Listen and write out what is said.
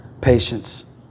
patience